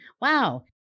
wow